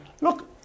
Look